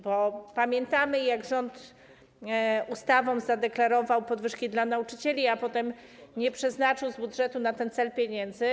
Bo pamiętamy, jak rząd w ustawie zadeklarował podwyżki dla nauczycieli, a potem nie przeznaczył z budżetu na ten cel pieniędzy.